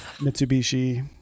Mitsubishi